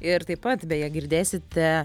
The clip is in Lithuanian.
ir taip pat beje girdėsite